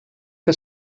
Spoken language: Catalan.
que